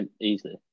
easily